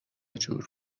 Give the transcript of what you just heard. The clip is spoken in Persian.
جور